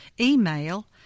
email